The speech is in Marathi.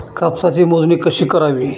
कापसाची मोजणी कशी करावी?